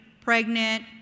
pregnant